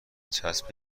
چسب